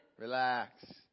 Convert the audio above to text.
Relax